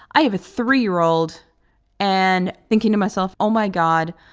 i have a three year old and thinking to myself, oh, my god,